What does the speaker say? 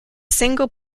single